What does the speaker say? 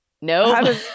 No